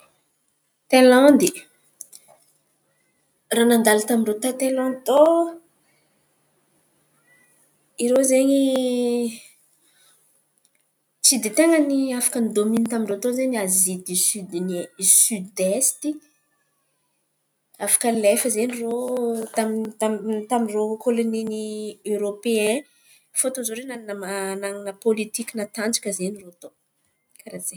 Tailandy, raha nandalo tamin-drô Tailandy tao, irô zen̈y tsy de ten̈a ny afaka nidôminy tamin-drô tao ny Azia diosody ny ai ny siody esty. Afaka alefa zen̈y irô taminy tamin’irô kôlônia ny Erôpeain fotony izo irô nanan̈a pôlitiky natanjaka irô karà izen̈y.